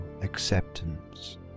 acceptance